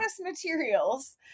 materials